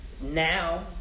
Now